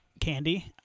candy